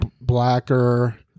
blacker